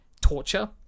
torture